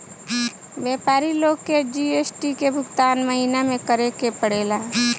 व्यापारी लोग के जी.एस.टी के भुगतान महीना में करे के पड़ेला